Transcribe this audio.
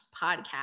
podcast